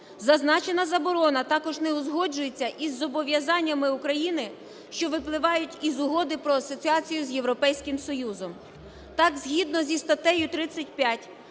Зазначена заборона також не узгоджується із зобов'язаннями України, що випливають з Угоди про асоціацію з Європейським Союзом. Так, згідно зі статтею 35